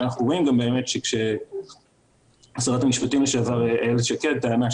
אנחנו גם רואים ששרת המשפטים לשעבר איילת שקד טענה,